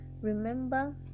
remember